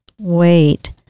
wait